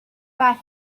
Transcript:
but